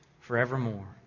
forevermore